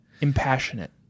Impassionate